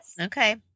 Okay